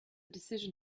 decision